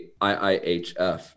IIHF